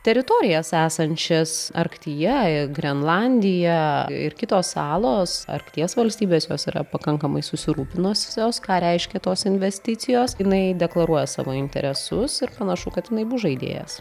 teritorijas esančias arktyje grenlandija ir kitos salos arkties valstybės jos yra pakankamai susirūpinusios ką reiškia tos investicijos jinai deklaruoja savo interesus ir panašu kad jinai bus žaidėjas